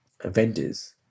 vendors